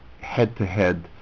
head-to-head